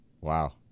Wow